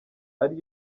ari